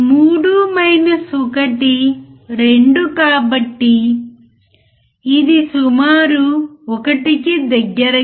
మీరు output wave ఫారమ్ను సర్దుబాటు చేయగలరా